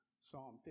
Psalm